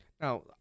now